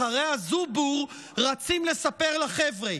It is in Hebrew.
אחרי הזובור רצים לספר לחבר'ה,